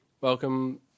welcome